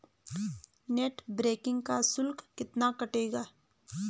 Net banking का शुल्क कितना कटेगा?